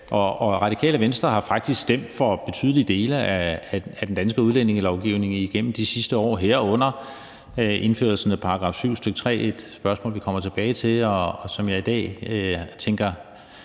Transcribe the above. Radikale Venstre har faktisk stemt for betydelige dele af den danske udlændingelovgivning igennem de sidste år, herunder indførelsen af § 7, stk. 3 – et spørgsmål, som vi kommer tilbage til. Jeg tænker i dag meget